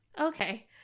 okay